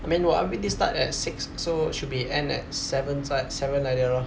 I mean 我 I_P_P_T start at six so should be end at seven za~ seven like that lor